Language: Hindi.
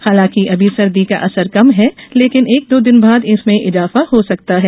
हालांकि अभी सर्दी का असर कम है लेकिन एक दो दिन बाद इसमें इजाफा हो सकता है